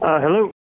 Hello